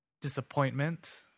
disappointment